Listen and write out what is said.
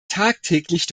tagtäglich